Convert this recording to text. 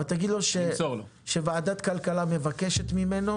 אבל תגיד לו שוועדת הכלכלה מבקשת ממנו